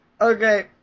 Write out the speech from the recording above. Okay